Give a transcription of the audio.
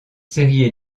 séries